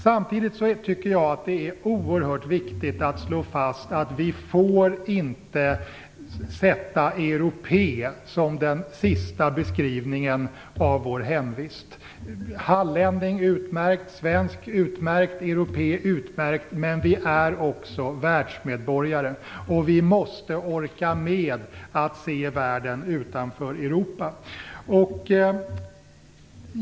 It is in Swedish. Samtidigt tycker jag att det är oerhört viktigt att slå fast att vi inte får ange europé som den sista beskrivningen av vår hemvist. Hallänning är utmärkt. Svensk är utmärkt. Europé är utmärkt. Men vi är också världsmedborgare, och vi måste orka med att se världen utanför Europa.